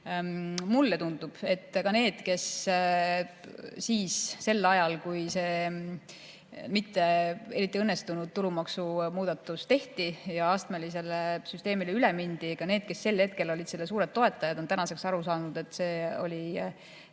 Mulle tundub, et ka need, kes sel ajal, kui see mitte eriti õnnestunud tulumaksumuudatus tehti ja astmelisele süsteemile üle mindi, olid selle suured toetajad, on tänaseks aru saanud, et see oli